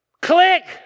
click